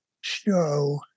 show